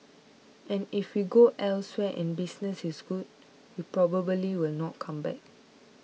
and if we go elsewhere and business is good we probably will not come back